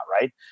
right